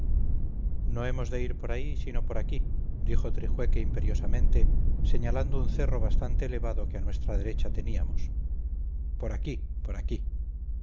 no hemos de ir por ahí sino por aquí dijo trijueque imperiosamente señalando un cerro bastante elevado que a nuestra derecha teníamos por aquí por aquí